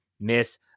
miss